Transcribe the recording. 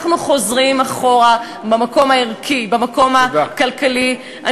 אנחנו חוזרים אחורה במקום הערכי, במקום הכלכלי.